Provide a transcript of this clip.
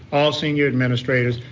all senior administrators.